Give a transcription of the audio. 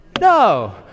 No